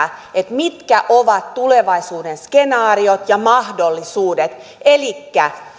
mitkä ovat tulevaisuuden skenaariot ja mahdollisuudet elikkä